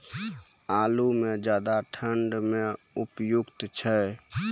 आलू म ज्यादा ठंड म उपयुक्त छै?